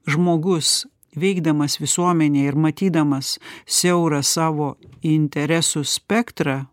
žmogus veikdamas visuomenėj ir matydamas siaurą savo interesų spektrą